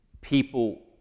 people